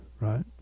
right